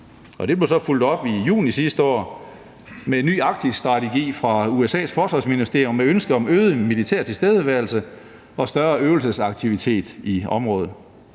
det blev så fulgt op i juni sidste år med en ny Arktisstrategi fra USA's forsvarsministerium med ønsket om øget militær tilstedeværelse og større øvelsesaktivitet i området.